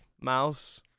Mouse